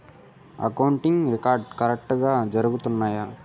accounting records కరెక్టుగా జరుగుతున్నాయా